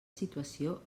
situació